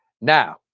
now